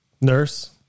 Nurse